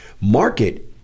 market